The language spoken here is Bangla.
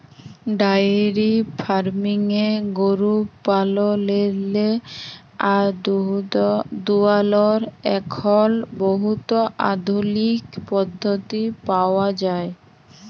ডায়েরি ফার্মিংয়ে গরু পাললেরলে আর দুহুদ দুয়ালর এখল বহুত আধুলিক পদ্ধতি পাউয়া যায়